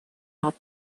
hard